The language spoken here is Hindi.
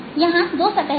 यहां दो सतह हैं